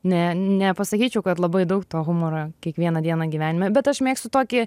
ne nepasakyčiau kad labai daug to humoro kiekvieną dieną gyvenime bet aš mėgstu tokį